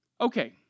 Okay